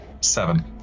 Seven